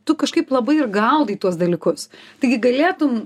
tu kažkaip labai ir gaudai tuos dalykus taigi galėtum